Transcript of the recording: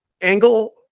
angle